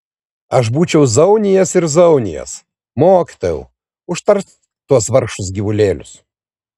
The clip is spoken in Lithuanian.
aš būčiau zaunijęs ir zaunijęs mokytojau užtark tuos vargšus gyvulėlius